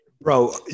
Bro